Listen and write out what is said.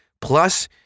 Plus